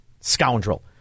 Scoundrel